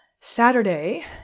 Saturday